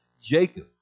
Jacob